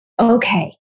okay